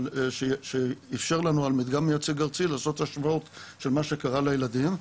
אבל שאפשר לנו על מדגם מייצג ארצי לעשות השוואות של מה שקרה לילדים.